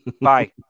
Bye